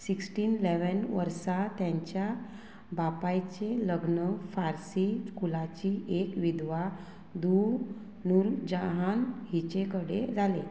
sixteen eleven वर्सा तेंच्या बापायचें लग्न फार्सी स्कुलाची एक विद्वा धू नूरजहान हिचे कडेन जालें